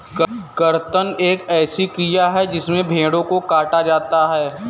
कर्तन एक ऐसी क्रिया है जिसमें भेड़ों को काटा जाता है